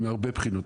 מהרבה בחינות.